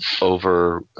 over